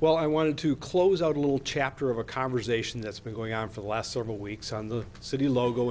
well i wanted to close out a little chapter of a calmer zation that's been going on for the last several weeks on the city logo